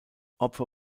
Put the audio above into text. opfer